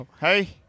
Hey